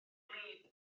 wlyb